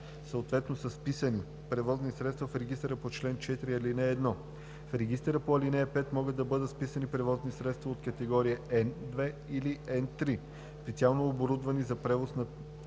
съответно с вписани превози средства в регистъра по чл. 4, ал. 1. В регистъра по ал. 5 могат да бъдат вписани превозни средства от категории N2 или N3, специално оборудвани за превоз на